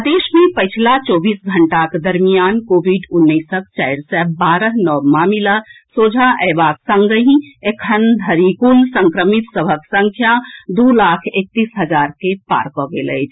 प्रदेश मे पछिला चौबीस घंटाक दरमियान कोविड उन्नैसक चारि सय बारह नव मामिला सोझा अयबाक संगहि अखन धरि कुल संक्रमित सभक संख्या दू लाख एकतीस हजार के पार कऽ गेल अछि